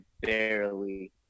barely